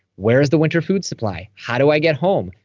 where's the winter food supply? how do i get home?